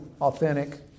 authentic